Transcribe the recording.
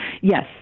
yes